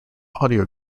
audio